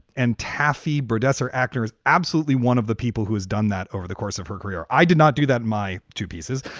and taffy burdette's or actor is absolutely one of the people who has done that over the course of her career. i did not do that my two pieces,